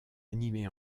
animé